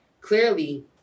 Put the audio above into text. clearly